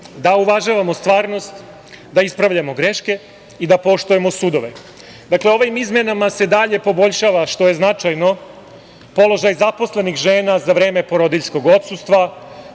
da uvažavamo stvarnost, da ispravljamo greške i da poštujemo sudove. Ovim izmenama se dalje poboljšava, što je značajno, položaj zaposlenih žena za vreme porodiljskog odsustva,